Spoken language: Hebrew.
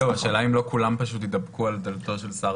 השאלה אם לא כולם פשוט יתדפקו על דלתו של שר